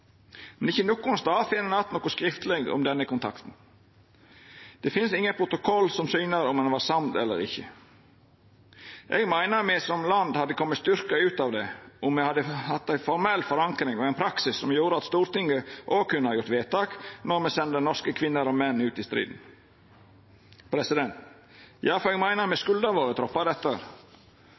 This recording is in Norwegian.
men ikkje nokon stad finn ein att noko skriftleg om denne kontakten. Det finst ingen protokoll som syner om ein var samd eller ikkje. Eg meiner me som land hadde kome styrkt ut av det om me hadde hatt ei formell forankring og ein praksis som gjorde at Stortinget òg kunne ha gjort vedtak når me sender norske kvinner og menn ut i strid. Ja, for eg meiner at me skuldar våre troppar dette.